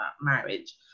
marriage